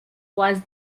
was